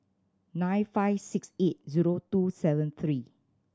nine five six eight zero two seven three